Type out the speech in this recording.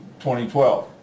2012